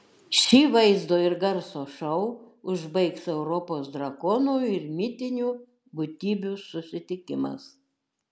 šį vaizdo ir garso šou užbaigs europos drakonų ir mitinių būtybių susitikimas